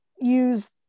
use